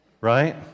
right